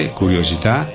curiosità